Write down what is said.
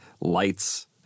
lights